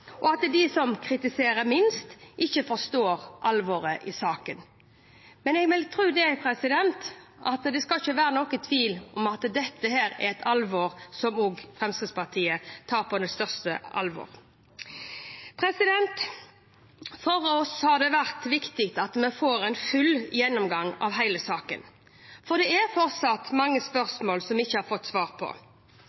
ikke forstår alvoret i saken. Men det skal ikke være noen tvil om at dette er noe som også Fremskrittspartiet tar på det største alvor. For oss har det vært viktig å få en full gjennomgang av hele saken, for det er fortsatt mange